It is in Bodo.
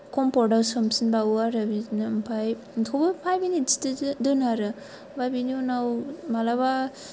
कम्फर्ताव सोमफिनबावो आरो बिदिनो ओमफ्राय थेवबो फाइभ मिनित्स दोनो आरो ओमफ्राय बिनि उनाव मालाबा